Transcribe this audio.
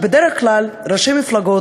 כבוד היושב-ראש,